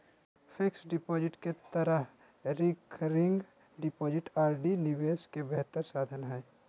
fixed deposit के तरह recurring deposit R D निवेश के बेहतर साधन हइ